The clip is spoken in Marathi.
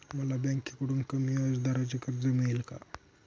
मला बँकेकडून कमी व्याजदराचे कर्ज मिळेल का?